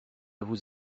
vous